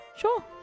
Sure